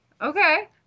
Okay